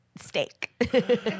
steak